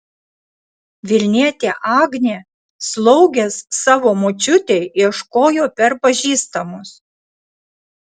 vilnietė agnė slaugės savo močiutei ieškojo per pažįstamus